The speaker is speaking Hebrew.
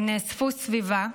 הם נאספו סביבה,